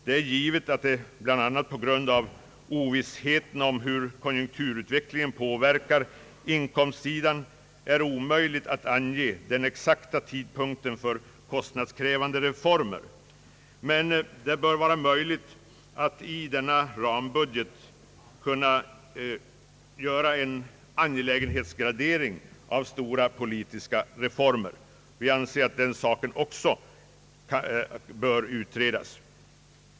Det är givet att det bl.a. på grund av ovissheten om hur konjunkturutvecklingen påverkar inkomstsidan är omöjligt att ange den exakta tidpunkten för kostnadskrävande reformer. Men det bör vara möjligt att i denna rambudget kunna göra en angelägenhetsgradering av stora politiska reformer. Vi anser att den saken också bör utredas.